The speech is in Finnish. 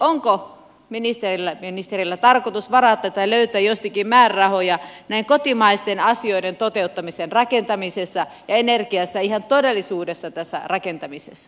onko ministereillä tarkoitus varata tai löytää jostakin määrärahoja näiden kotimaisten asioiden toteuttamiseen rakentamisessa ja energiassa ihan todellisuudessa tässä rakentamisessa